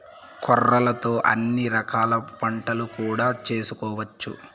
కొర్రలతో అన్ని రకాల వంటలు కూడా చేసుకోవచ్చు